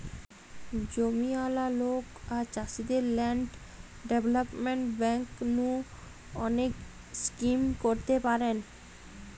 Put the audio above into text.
জমিয়ালা লোক আর চাষীদের ল্যান্ড ডেভেলপমেন্ট বেঙ্ক নু অনেক স্কিম করতে পারেন